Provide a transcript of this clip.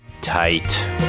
tight